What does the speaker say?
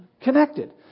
Connected